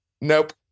nope